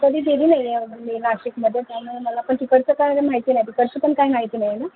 कधी गेली नाही आहे अजून मी नाशिकमध्ये त्यामुळे मला पण तिकडचं काय हे माहिती नाही तिकडचं पण काही माहिती नाही आहे ना